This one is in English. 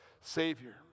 Savior